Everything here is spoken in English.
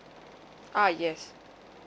uh yes